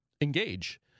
engage